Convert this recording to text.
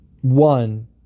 one